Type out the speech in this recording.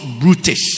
brutish